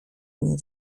nie